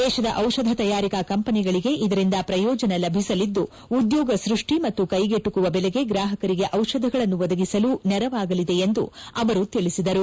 ದೇಶದ ಔಷಧ ತಯಾರಿಕಾ ಕಂಪನಿಗಳಿಗೆ ಇದರಿಂದ ಪ್ರಯೋಜನ ಲಭಿಸಲಿದ್ದು ಉದ್ಯೋಗ ಸ್ಪಷ್ಟಿ ಮತ್ತು ಕೈಗೆಟಕುವ ಬೆಲೆಗೆ ಗ್ರಾಹಕರಿಗೆ ಔಷಧಗಳನ್ನು ಒದಗಿಸಲು ನೆರವಾಗಲಿದೆ ಎಂದು ಅವರು ತಿಳಿಸಿದರು